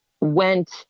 went